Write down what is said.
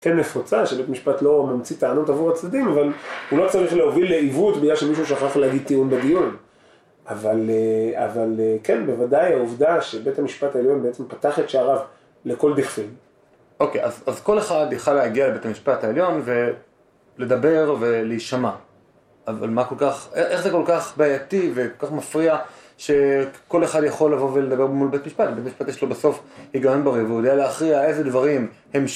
כן נפוצה שבית המשפט לא ממציא טענות עבור הצדדים, אבל הוא לא צריך להוביל לעיוות בגלל שמישהו שכח להגיד טיעון בדיון. אבל כן, בוודאי העובדה שבית המשפט העליון בעצם פתח את שעריו לכל דכפין. אוקיי, אז כל אחד יכל להגיע לבית המשפט העליון ולדבר ולהישמע. אבל מה כל כך... איך זה כל כך בעייתי וכל כך מפריע שכל אחד יכול לבוא ולדבר מול בית המשפט? בית המשפט יש לו בסוף היגיון בריא והוא יודע להכריע איזה דברים הם